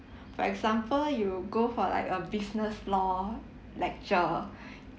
for example you go for like a business law lecture